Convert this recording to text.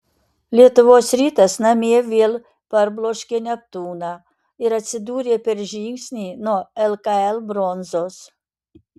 lietuvos rytas namie vėl parbloškė neptūną ir atsidūrė per žingsnį nuo lkl bronzos